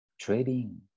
trading